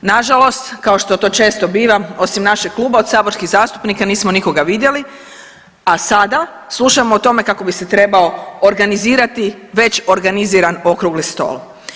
Nažalost kao što to često biva osim našeg kluba od saborskih zastupnika nismo nikoga vidjeli, a sada slušamo o tome kako bi se trebao organizirati već organiziran okrugli stol.